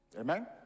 Amen